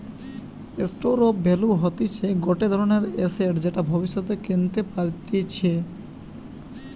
store of value হতিছে গটে ধরণের এসেট যেটা ভব্যিষতে কেনতে পারতিছে